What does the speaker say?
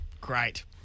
Great